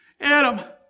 Adam